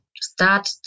start